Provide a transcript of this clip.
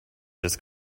just